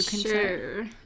Sure